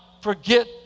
forget